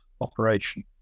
operation